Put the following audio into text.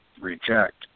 reject